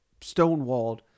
stonewalled